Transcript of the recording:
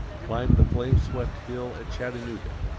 climbed the flame-swept hill at chattanooga,